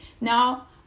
Now